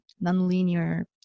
non-linear